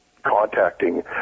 contacting